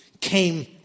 came